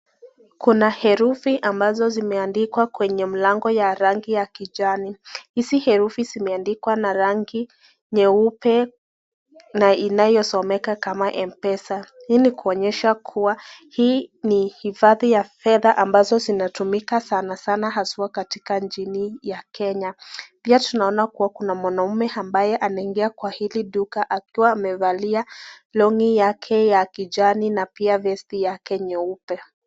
Kuna herufi ambazo zimeandikwa kwenye mlango ya rangi ya kijani. Hizi herufi zimeandikwa na rangi nyeupe na inayosomeka kama M-pesa. Hii nikuonyesha kuwa hii ni hifadhi ya fedha ambazo zinatumika sana sana haswa katika nchini Kenya. Pia tunaona kuwa kuna mwanaume ambaye anaingia kwa hili duka amevalia longi yake ya kijani na pia vesti yake nyeupe.